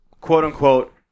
Quote-unquote